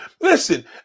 Listen